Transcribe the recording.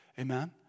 Amen